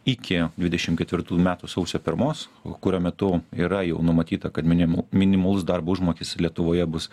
iki dvidešim ketvirtų metų sausio pirmos kurio metu yra jau numatyta kad minimu minimalus darbo užmokestis lietuvoje bus